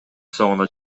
соңуна